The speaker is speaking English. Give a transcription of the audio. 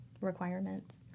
requirements